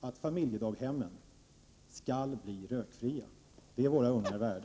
att familjedaghemmen skall bli rökfria. Det är våra ungar värda.